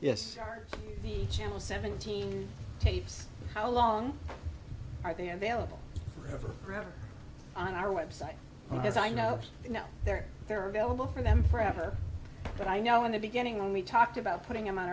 are the channel seventeen tapes how long are they available for on our website because i know you know they're there are available for them forever but i know in the beginning when we talked about putting them on